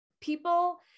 people